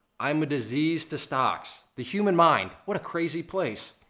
i'm a disease to stocks. the human mind, what a crazy place.